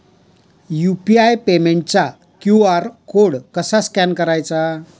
UPI पेमेंटचा QR code कसा scan करायचा?